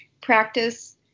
practice